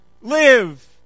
live